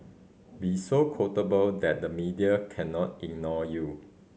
be so quotable that the media cannot ignore you